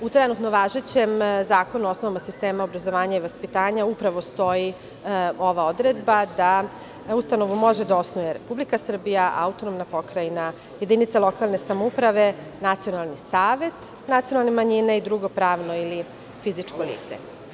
U trenutno važećem Zakonu o osnovama sistema obrazovanja i vaspitanja upravo stoji ova odredba, da ustanovu može da osnuje Republika Srbija, autonomna pokrajina, jedinica lokalne samouprave, nacionalni savet nacionalne manjine i drugo pravno ili fizičko lice.